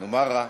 נו, מה רע?